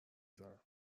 زنم